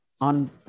on